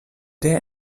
der